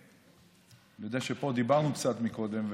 אני יודע שפה דיברנו קצת קודם,